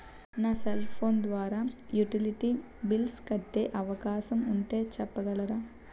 నా cell phone ద్వారా utility bills కట్టే అవకాశం ఉంటే చెప్పగలరా?